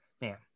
man